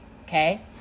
okay